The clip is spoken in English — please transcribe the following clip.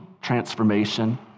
transformation